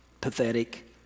pathetic